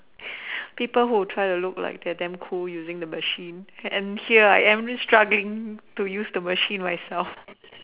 people who try to look like they're damn cool using the machine and here I am struggling to use the machine myself